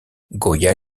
goya